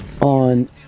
On